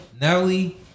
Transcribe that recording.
Nelly